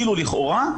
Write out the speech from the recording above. לכאורה,